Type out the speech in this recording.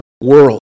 world